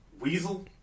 Weasel